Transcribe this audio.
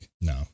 No